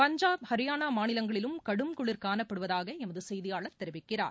பஞ்சாப் ஹரியானா மாநிலங்களிலும் கடும் குளிர் காணப்படுவதாக எமது செய்தியாளர் தெரிவிக்கிறார்